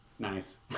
Nice